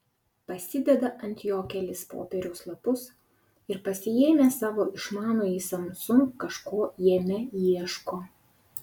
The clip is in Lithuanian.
pasideda ant jo kelis popieriaus lapus ir pasiėmęs savo išmanųjį samsung kažko jame ieško